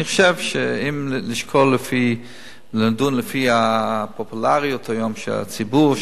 אני חושב שאם נשקול ונדון לפי הפופולריות היום בציבור,